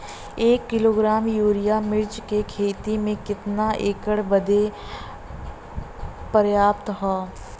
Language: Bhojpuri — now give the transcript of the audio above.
एक किलोग्राम यूरिया मिर्च क खेती में कितना एकड़ बदे पर्याप्त ह?